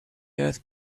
earth